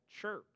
church